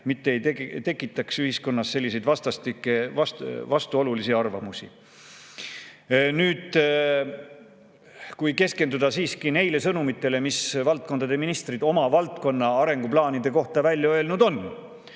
mitte ei tekitaks ühiskonnas vastuolulisi arvamusi. Nüüd, kui keskenduda siiski neile sõnumitele, mida valdkondade ministrid oma valdkonna arenguplaanide kohta välja öelnud on,